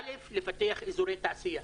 א', לפתח אזורי תעשייה.